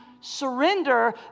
surrender